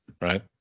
right